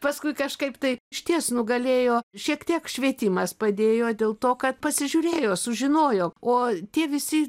paskui kažkaip tai išties nugalėjo šiek tiek švietimas padėjo dėl to kad pasižiūrėjo sužinojo o tie visi